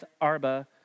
Arba